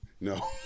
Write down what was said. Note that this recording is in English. No